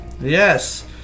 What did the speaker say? Yes